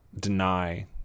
deny